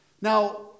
Now